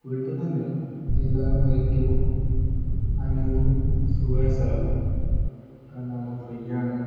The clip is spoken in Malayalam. വീട്ടിൽ നിന്നു തന്നെയാണ് എഴുതാനും ഏറ്റവും അനുയോജ്യവും സുഖമായ സ്ഥലം കാരണം നമ്മൾ ഫ്രീയാണ്